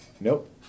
Nope